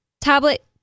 tablet